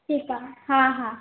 ठीकु आहे हा हा